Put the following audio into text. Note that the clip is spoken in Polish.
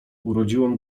urodziłam